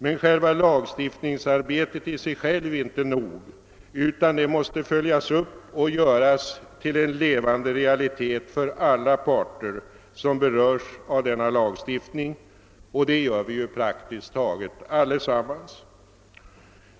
Men själva lagstiftningsarbetet i sig självt är inte nog, utan detta måste följas upp och göras till en levande realitet för alla parter som berörs av denna lagstiftning, och det gör vi ju praktiskt taget allesammans.